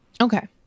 Okay